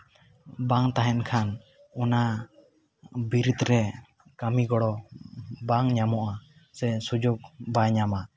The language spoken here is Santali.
ᱵᱟᱝ ᱛᱟᱦᱮᱱ ᱠᱷᱟᱱ ᱚᱱᱟ ᱵᱤᱨᱤᱫᱽ ᱨᱮ ᱠᱟᱹᱢᱤ ᱜᱚᱲᱚ ᱵᱟᱝ ᱧᱟᱢᱚᱜᱼᱟ ᱥᱮ ᱥᱩᱡᱳᱜᱽ ᱵᱟᱝ ᱧᱟᱢᱟ